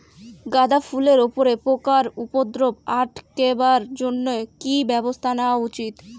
গাঁদা ফুলের উপরে পোকার উপদ্রব আটকেবার জইন্যে কি ব্যবস্থা নেওয়া উচিৎ?